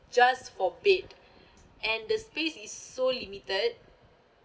just for bed and the space is so limited